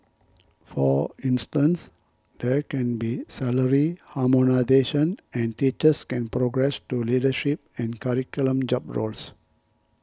for instance there can be salary harmonisation and teachers can progress to leadership and curriculum job roles